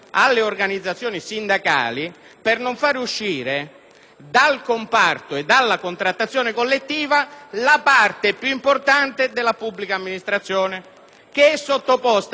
dal comparto e dalla contrattazione collettiva la parte più importante della pubblica amministrazione, che è sottoposta ad un criterio di disciplina e di valutazione pari